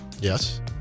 Yes